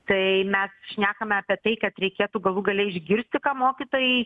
tai mes šnekame apie tai kad reikėtų galų gale išgirsti ką mokytojai